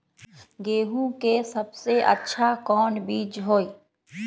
गेंहू के सबसे अच्छा कौन बीज होई?